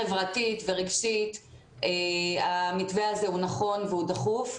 חברתית ורגשית המתווה הזה הוא נכון והוא דחוף.